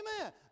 Amen